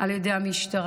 על ידי המשטרה,